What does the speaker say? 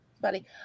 buddy